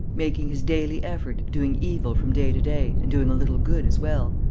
making his daily effort, doing evil from day to day and doing a little good as well,